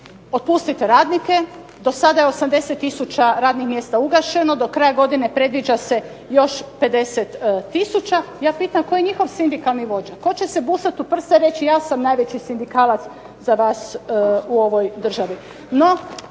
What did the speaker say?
otpustite radnike. Do sada je 80000 radnih mjesta ugašeno. Do kraja godine predviđa se još 50000. Ja pitam tko je njihov sindikalni vođa? Tko će se busati u prsa i reći ja sam najveći sindikalac za vas u ovoj državi.